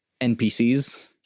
npcs